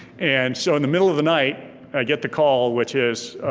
and so in the middle of the night i get the call which is,